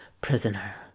prisoner